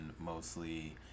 mostly